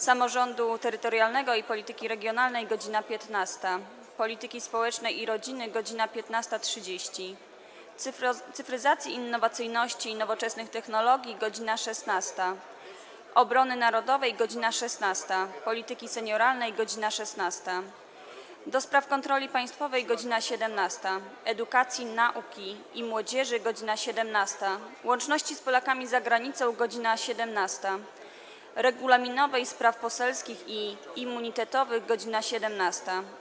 Samorządu Terytorialnego i Polityki Regionalnej - godz. 15, - Polityki Społecznej i Rodziny - godz. 15.30, - Cyfryzacji, Innowacyjności i Nowoczesnych Technologii - godz. 16, - Obrony Narodowej - godz. 16, - Polityki Senioralnej - godz. 16, - do Spraw Kontroli Państwowej - godz. 17, - Edukacji, Nauki i Młodzieży - godz. 17, - Łączności z Polakami za Granicą - godz. 17, - Regulaminowej, Spraw Poselskich i Immunitetowych - godz. 17,